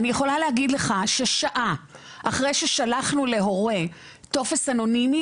אני יכולה להגיד לך ששעה אחרי ששלחנו להורה טופס אנונימי,